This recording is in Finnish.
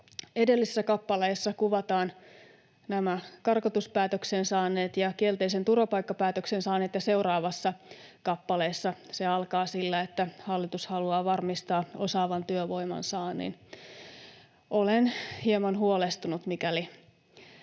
edellisessä kappaleessa kuvataan nämä karkotuspäätöksen saaneet ja kielteisen turvapaikkapäätöksen saaneet, ja seuraava kappale alkaa sillä, että hallitus haluaa varmistaa osaavan työvoiman saannin. Olen hieman huolestunut, mikäli